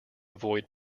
avoid